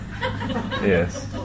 Yes